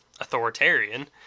authoritarian